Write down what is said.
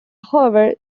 however